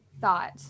thought